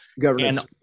governance